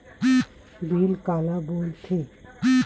Bill काला बोल थे?